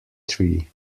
tree